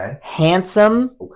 handsome